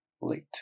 late